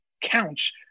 counts